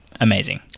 amazing